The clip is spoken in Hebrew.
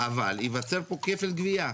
אבל יווצר פה כפל גבייה.